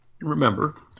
Remember